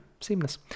Seamless